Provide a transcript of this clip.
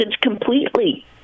completely